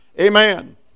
Amen